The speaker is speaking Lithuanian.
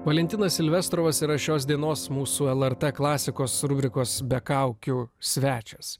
valentina silvestros yra šios dienos mūsų lrt klasikos rubrikos be kaukių svečias